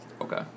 Okay